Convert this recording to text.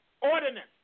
ordinance